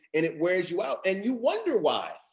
and it wears you out, and you wonder why